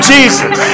Jesus